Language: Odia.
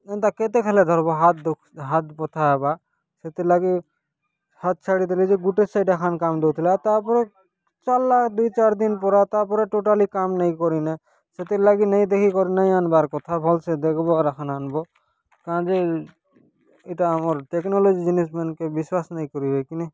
ଏନ୍ତା କେତେ ହେଲେ ଧର୍ବୋ ହାତ୍ ଦୁକ୍ତା ହାତ୍ ବଥା ହବା ସେଥିଲାଗି ହାତ୍ ଛାଡ଼ି ଦେଲେ ଯେ ଗୁଟେ ସାଇଡ଼ ହାଙ୍କ୍କାଉଣ୍ଟ ହଉଥିଲା ତାପରେ ଚାଲ୍ଲା ଦୁଇ ଚାରି ଦିନ୍ ପୁରା ତାପରେ ଟୋଟାଲି କାମ୍ ନେଇ କରିନେ ସେଥିର୍ ଲାଗି ନେଇ ଦେଖି କରି ନାଇଁ ଆଣ୍ବାର୍ କଥା ଭଲ୍ସେ ଦେଖ୍ବୋ ଆର୍ ଆଣ୍ବୋ କାଁ ଯେ ଏଇଟା ଆମର ଟେକ୍ନୋଲୋଜି ଜିନିଷ୍ ମାନଙ୍କେ ବିଶ୍ୱାସ ନାଇଁ କରିବେ କି ନାଇଁ